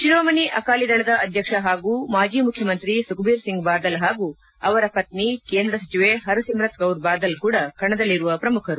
ಶಿರೋಮಣಿ ಅಕಾಲಿ ದಳದ ಅಧ್ಯಕ್ಷ ಹಾಗೂ ಮಾಜಿ ಮುಖ್ಯಮಂತ್ರಿ ಸುಖಬೀರ್ ಸಿಂಗ್ ಬಾದಲ್ ಹಾಗೂ ಅವರ ಪತ್ನಿ ಕೇಂದ್ರ ಸಚಿವೆ ಪರ್ ಸಿಮ್ರತ್ ಕೌರ್ ಬಾದಲ್ ಕೂಡ ಕಣದಲ್ಲಿರುವ ಪ್ರಮುಖರು